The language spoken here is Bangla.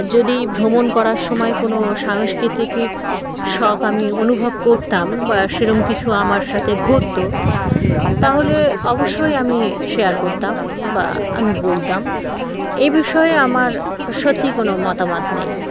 যদি ভ্রমণ করার সময় কোনো সাংস্কৃতিক শখ আমি অনুভব করতাম বা সেরকম কিছু আমার সাথে ঘটত তাহলে অবশ্যই আমি শেয়ার করতাম বা আমি বলতাম এ বিষয়ে আমার সত্যি কোনো মতামত নেই